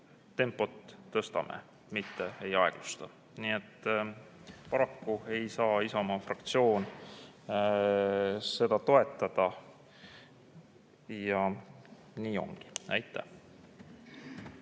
tempot tõstame, mitte ei aeglusta. Paraku ei saa Isamaa fraktsioon seda toetada. Ja nii ongi. Aitäh!